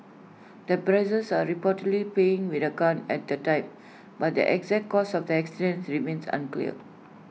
the brothers are reportedly playing with A gun at the time but the exact cause of the accident remains unclear